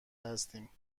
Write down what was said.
هستیم